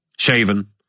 Shaven